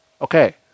Okay